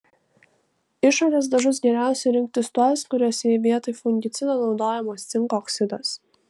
išorės dažus geriausia rinktis tuos kuriuose vietoj fungicido naudojamas cinko oksidas